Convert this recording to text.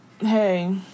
hey